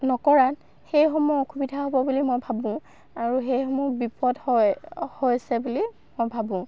নকৰাত সেইসমূহ অসুবিধা হ'ব বুলি মই ভাবোঁ আৰু সেইসমূহ বিপদ হয় হৈছে বুলি মই ভাবোঁ